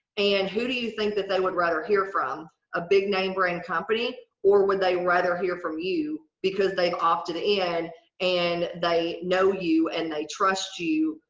and who do you think that they would rather hear from? a big name brand company or when they'd rather hear from you? because they've opted in and they know you and they trust you.